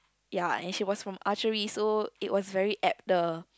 ya and she was from archery so it was very apt the